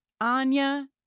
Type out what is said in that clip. Anya